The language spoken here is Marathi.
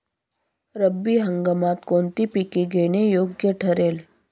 रब्बी हंगामात कोणती पिके घेणे योग्य ठरेल?